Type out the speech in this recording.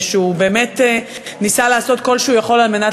שהוא באמת ניסה לעשות כל מה שהוא יכול על מנת